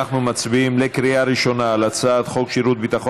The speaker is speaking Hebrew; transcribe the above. אנחנו מצביעים בקריאה ראשונה על הצעת חוק שירות ביטחון